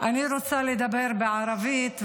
אני רוצה לדבר בערבית,